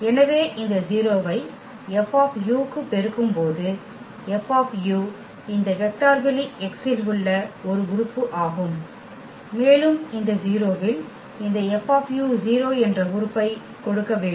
எனவே இந்த 0 ஐ F க்கு பெருக்கும்போது F இந்த வெக்டர் வெளி X இல் உள்ள ஒரு உறுப்பு ஆகும் மேலும் இந்த 0 இல் இந்த F 0 என்ற உறுப்பை கொடுக்க வேண்டும்